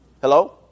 Hello